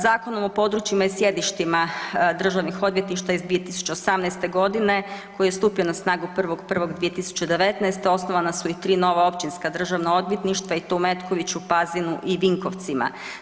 Zakon o područjima i sjedištima državnih odvjetništava iz 2018.g. koji je stupio na snagu 1.1.2019. osnovana su i tri nova općinska državna odvjetništva i to u Metkoviću, Pazinu i Vinkovcima.